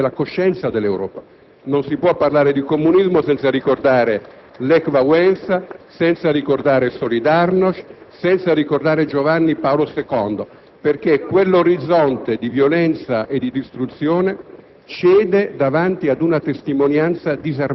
Davanti a questo orrore, si erge la resistenza della coscienza dell'Europa. Non si può parlare di comunismo senza ricordare Lech Walesa, senza ricordare *Solidarność*, senza ricordare Giovanni Paolo II, perché quell'orizzonte di violenza e distruzione